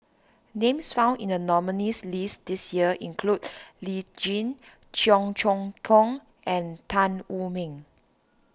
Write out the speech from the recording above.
names found in the nominees' list this year include Lee Tjin Cheong Choong Kong and Tan Wu Meng